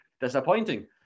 disappointing